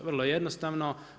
Vrlo jednostavno.